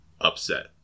upset